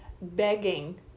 begging